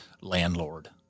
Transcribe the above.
landlord